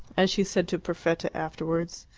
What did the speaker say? as she said to perfetta afterwards,